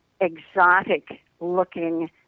exotic-looking